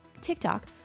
TikTok